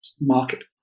market